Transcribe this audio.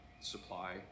supply